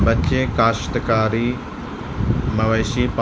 بچّے کاشتکاری مویشی پالنا